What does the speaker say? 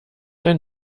ein